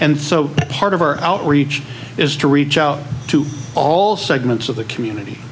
and so part of our outreach is to reach out to all segments of the community